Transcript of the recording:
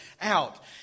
out